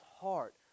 heart